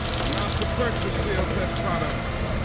not to purchase sealtest products.